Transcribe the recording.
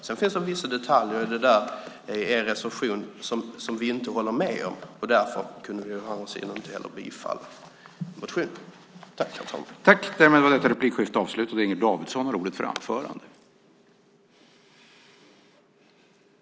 Sedan finns det vissa detaljer som vi inte håller med om och därför kunde vi inte heller tillstyrka motionen.